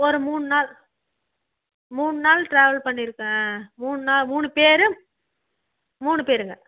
ஒரு மூணு நாள் மூணு நாள் ட்ராவல் பண்ணியிருக்கேன் மூணு நாள் மூணு பேர் மூணு பேருங்க